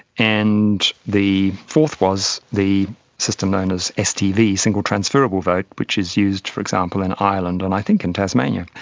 and the fourth was the system known as stv, single transferable vote, which is used for example in ireland and i think in tasmania.